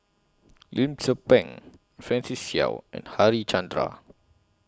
Lim Tze Peng Francis Seow and Harichandra